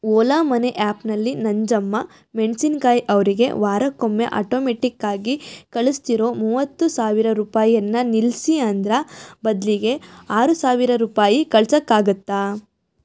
ಓಲಾಮನಿ ಆ್ಯಪ್ನಲ್ಲಿ ನಂಜಮ್ಮ ಮೆಣ್ಸಿನ್ಕಾಯಿ ಅವರಿಗೆ ವಾರಕ್ಕೊಮ್ಮೆ ಆಟೋಮೆಟ್ಟಿಕ್ಕಾಗಿ ಕಳಿಸ್ತಿರೋ ಮೂವತ್ತು ಸಾವಿರ ರೂಪಾಯಿಯನ್ನ ನಿಲ್ಲಿಸಿ ಅದ್ರ ಬದಲಿಗೆ ಆರು ಸಾವಿರ ರೂಪಾಯಿ ಕಳ್ಸೋಕ್ಕಾಗತ್ತಾ